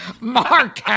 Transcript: Mark